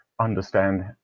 understand